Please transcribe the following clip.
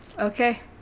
Okay